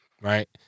right